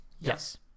Yes